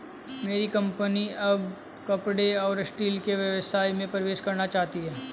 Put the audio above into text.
मेरी कंपनी अब कपड़े और स्टील के व्यवसाय में प्रवेश करना चाहती है